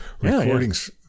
recordings